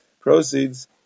Proceeds